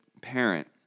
parent